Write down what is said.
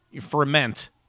ferment